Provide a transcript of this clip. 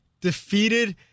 defeated